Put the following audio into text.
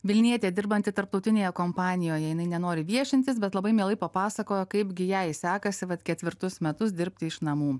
vilnietė dirbanti tarptautinėje kompanijoje jinai nenori viešintis bet labai mielai papasakojo kaipgi jai sekasi vat ketvirtus metus dirbti iš namų